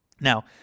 Now